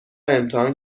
امتحان